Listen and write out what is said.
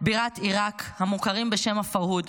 בירת עיראק, המוכרים בשם הפרהוד.